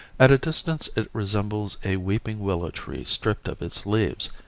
at a distance it resembles a weeping willow tree stripped of its leaves.